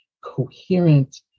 coherent